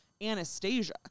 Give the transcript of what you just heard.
anastasia